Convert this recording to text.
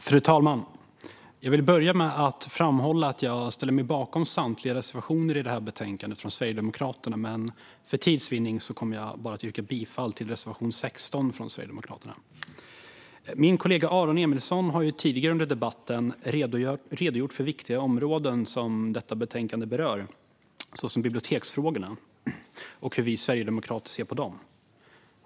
Fru talman! Jag vill börja med att framhålla att jag ställer mig bakom samtliga reservationer från Sverigedemokraterna i det här betänkandet. För tids vinnande kommer jag dock att yrka bifall endast till reservation 16 från Sverigedemokraterna. Min kollega Aron Emilsson har tidigare under debatten redogjort för viktiga områden som detta betänkande berör, såsom biblioteksfrågorna, och hur vi sverigedemokrater ser på dem.